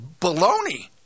baloney